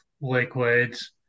liquids